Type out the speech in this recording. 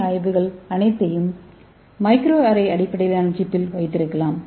ஏ ஆய்வுகள் அனைத்தையும் மைக்ரோஅரே அடிப்படையிலான சிப்பில் வைத்திருக்கலாம்